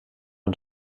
man